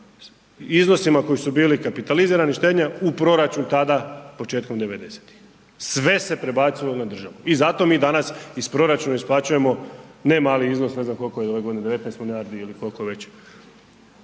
iznosima koji su bili kapitalizirani štednja u proračun tada početkom devedesetih, sve se prebacilo na državu i zato mi danas iz proračuna isplaćujemo ne mali iznos. Ne znam koliko je ove godine? 19 milijardi ili koliko već